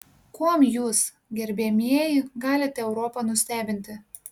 kuom jūs gerbiamieji galite europą nustebinti